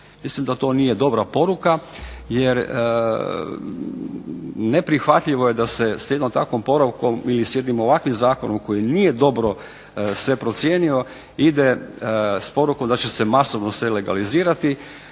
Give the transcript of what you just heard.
Mislim da to nije dobra poruka jer neprihvatljivo je da se s jednom takvom porukom ili s jednim ovakvim zakonom koji nije dobro sve procijenio ide s porukom da će se masovno sve legalizirati,